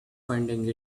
finding